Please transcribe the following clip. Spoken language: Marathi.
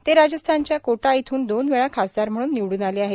ते राजस्थानच्या कोटा इथून दोनवेळा खासदार म्हणून निवडून आले आहेत